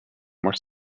more